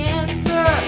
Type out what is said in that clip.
answer